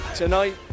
Tonight